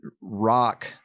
rock